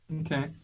Okay